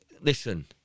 listen